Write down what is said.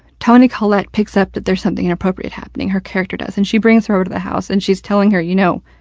toni collette picks up that there's something inappropriate happening, her character does. and she brings her over to the house and she's her, you know,